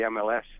MLS